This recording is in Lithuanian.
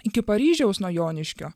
iki paryžiaus nuo joniškio